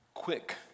quick